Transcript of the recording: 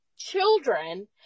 children